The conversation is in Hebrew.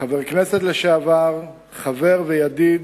חבר הכנסת לשעבר, חבר וידיד